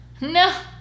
No